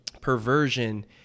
perversion